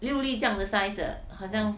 六粒这样的 size 的好像